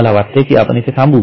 मला वाटते कि आपण येथे थांबू